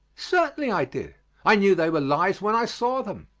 certainly i did i knew they were lies when i saw them.